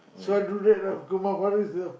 so I do that lah so my brothers do it